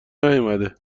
نیومده